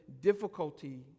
difficulty